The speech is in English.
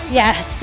yes